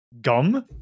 gum